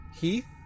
Heath